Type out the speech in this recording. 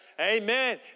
Amen